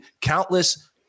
countless